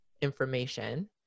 information